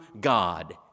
God